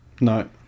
No